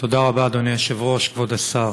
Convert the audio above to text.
תודה רבה, אדוני היושב-ראש, כבוד השר,